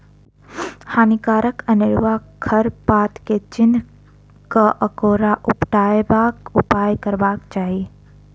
हानिकारक अनेरुआ खर पात के चीन्ह क ओकरा उपटयबाक उपाय करबाक चाही